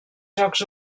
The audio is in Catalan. jocs